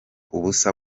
ubusa